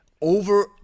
over